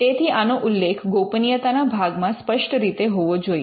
તેથી આનો ઉલ્લેખ ગોપનીયતાના ભાગમાં સ્પષ્ટ રીતે હોવો જોઈએ